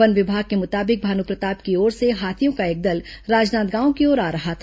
one विभाग के मुताबिक भानुप्रतापपुर की ओर से हाथियों का एक दल राजनांदगांव की ओर आ रहा था